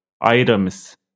items